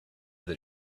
that